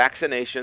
vaccinations